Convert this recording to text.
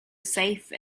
safe